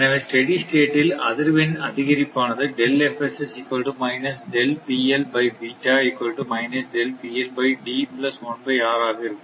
எனவே ஸ்டெடி ஸ்டேட்டில் அதிர்வெண்ணின் அதிகரிப்பானது ஆக இருக்கும்